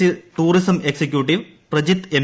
C tourism executive Prajith M